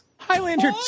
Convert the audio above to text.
Highlander